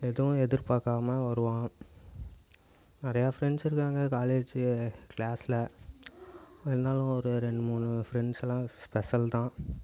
எதுவும் எதிர்பார்க்காம வருவான் நிறையா ஃப்ரெண்ட்ஸ் இருக்காங்க காலேஜு கிளாஸ்ல இருந்தாலும் ஒரு ரெண்டு மூணு ஃபிரெண்ட்ஸலாம் ஸ்பெசல் தான்